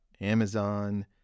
Amazon